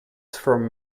from